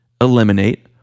eliminate